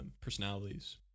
personalities